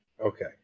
okay